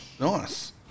nice